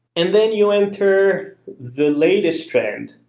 and then you enter the latest trend,